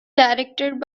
directed